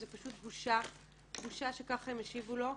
זה פשוט בושה שכך הם השיבו לו.